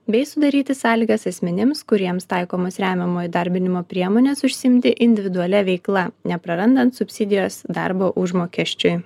bei sudaryti sąlygas asmenims kuriems taikomos remiamo įdarbinimo priemonės užsiimti individualia veikla neprarandant subsidijos darbo užmokesčiui